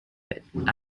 effort